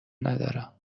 ندارم